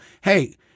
hey